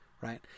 right